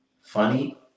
Funny